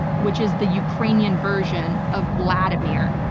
which is the ukrainian version of vladimir.